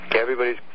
everybody's